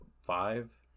five